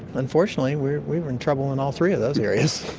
unfortunately we're we're in trouble in all three of those areas.